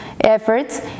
efforts